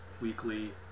weekly